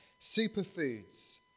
Superfoods